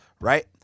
right